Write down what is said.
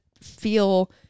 feel